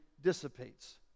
dissipates